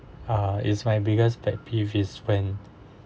uh is my biggest pet peeve is when